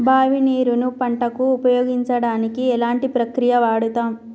బావి నీరు ను పంట కు ఉపయోగించడానికి ఎలాంటి ప్రక్రియ వాడుతం?